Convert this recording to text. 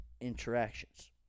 interactions